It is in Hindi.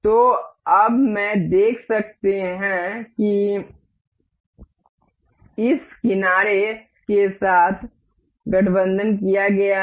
तो अब हम देख सकते हैं कि इस किनारे के साथ गठबंधन किया गया है